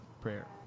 prayer